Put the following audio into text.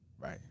Right